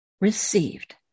received